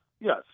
yes